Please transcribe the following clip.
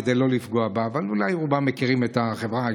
כדי לא לפגוע בה אבל אולי הרוב מכירים את החברה.